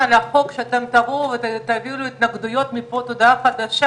והוא משתלב מאוד עם הקווים האחרים,